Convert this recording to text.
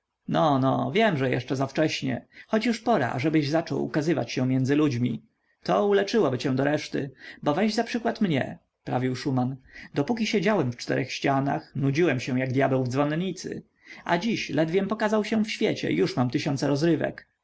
no no wiem że jeszcze zawcześnie choć już pora ażebyś zaczął ukazywać się między ludźmi to uleczyłoby cię doreszty bo weź za przykład mnie prawił szuman dopóki siedziałem w czterech ścianach nudziłem się jak dyabeł w dzwonicy a dziś ledwiem pokazał się w świecie już mam tysiące rozrywek